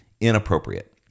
inappropriate